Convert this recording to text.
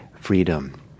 freedom